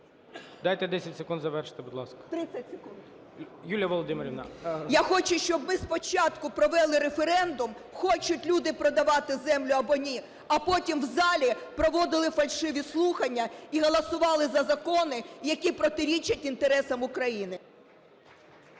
Дайте 10 секунд завершити, будь ласка. ТИМОШЕНКО Ю.В. 30 секунд. ГОЛОВУЮЧИЙ. Юлія Володимирівна… ТИМОШЕНКО Ю.В. Я хочу, щоб ми спочатку провели референдум: хочуть люди продавати землю або ні, - а потім в залі проводили фальшиві слухання і голосували за закони, які протирічать інтересам України.